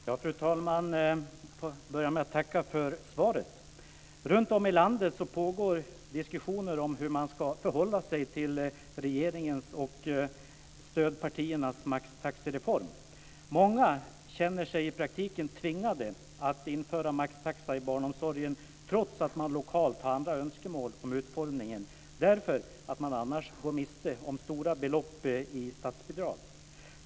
Fru talman! Jag får börja med att tacka för svaret. Runtom i landet pågår diskussioner om hur man ska förhålla sig till regeringens och stödpartiernas maxtaxereform. Många känner sig i praktiken tvingade att införa maxtaxa i barnomsorgen trots att man lokalt har andra önskemål om utformningen därför att man annars går miste om stora belopp i statsbidrag.